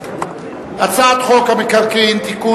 הצעת חוק המקרקעין (תיקון,